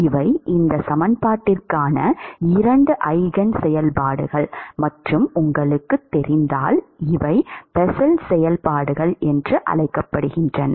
இவை இந்த சமன்பாட்டிற்கான 2 ஈஜென் செயல்பாடுகள் மற்றும் உங்களுக்குத் தெரிந்தால் இவை பெசல் செயல்பாடுகள் என்று அழைக்கப்படுகின்றன